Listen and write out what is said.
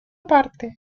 aparte